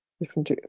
different